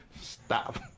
stop